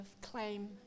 claim